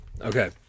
Okay